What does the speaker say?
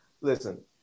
listen